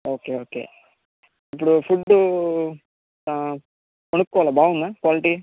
okay okay ఇప్పుడు food మనం కొనుక్కోవాలా బాగుందా క్వాలిటీ